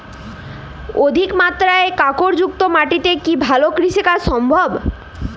অধিকমাত্রায় কাঁকরযুক্ত মাটিতে কি ভালো কৃষিকাজ সম্ভব?